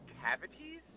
cavities